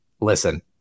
listen